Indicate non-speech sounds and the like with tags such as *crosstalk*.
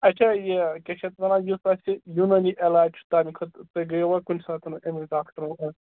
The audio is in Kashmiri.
اچھا یہِ کیٛاہ چھِ اَتھ وَنان یُس اسہِ یہِ یوٗنٲنی عٮ۪لاج چھُ تَمہِ خٲطرٕ تُہۍ گٔیوٕ کُنہِ ساتن أمِس ڈاکٹَرَس *unintelligible*